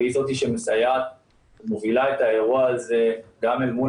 והיא זאת שמסייעת ומובילה את האירוע הזה גם אל מול